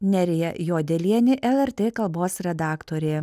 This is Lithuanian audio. nerija juodelienė lrt kalbos redaktorė